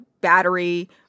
battery